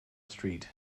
street